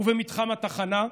ובמתחם התחנה,